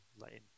letting